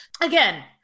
Again